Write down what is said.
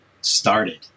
started